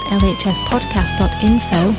lhspodcast.info